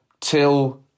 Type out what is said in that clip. till